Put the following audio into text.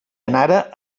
anara